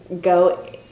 go